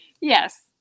Yes